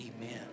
amen